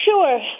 Sure